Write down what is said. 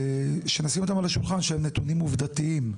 שנשים אותן על השולחן, שהן נתונים עובדתיים.